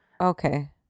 okay